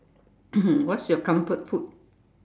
what's your comfort food